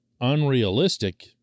unrealistic